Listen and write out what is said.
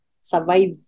survive